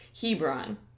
Hebron